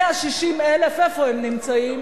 160,000, איפה הם נמצאים?